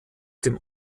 dem